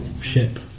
ship